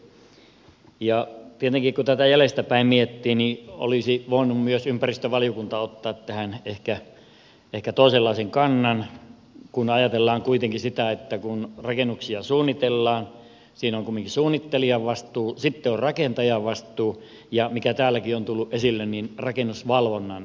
tietenkin kun tätä jäljestäpäin miettii olisi voinut myös ympäristövaliokunta ottaa tähän ehkä toisenlaisen kannan kun ajatellaan kuitenkin sitä että kun rakennuksia suunnitellaan siinä on kumminkin suunnittelijan vastuu sitten on rakentajan vastuu ja mikä täälläkin on tullut esille rakennusvalvonnan vastuu